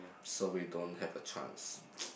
so we don't have a chance